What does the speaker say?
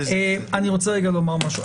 אני רוצה רגע לומר משהו.